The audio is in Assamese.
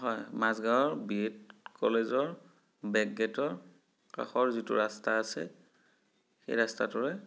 হয় মাজগাঁৱৰ বি এড কলেজৰ বেক গেটৰ কাষৰ যিটো ৰাস্তা আছে সেই ৰাস্তাটোৰে